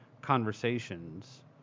conversations